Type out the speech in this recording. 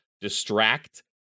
distract